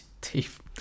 teeth